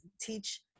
teach